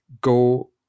go